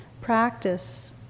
practice